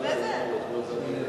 אני לא יודע.